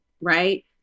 right